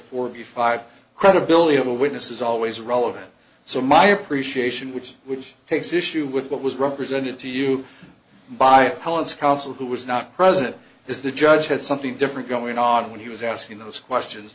the five credibility of a witness is always relevant so my appreciation which which takes issue with what was represented to you by appellants counsel who was not present is the judge had something different going on when he was asking those questions